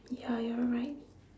ya you're right